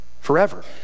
forever